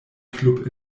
club